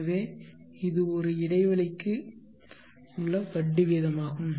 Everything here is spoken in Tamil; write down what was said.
எனவே இது ஒரு இடைவெளிக்கு வட்டி வீதமாகும்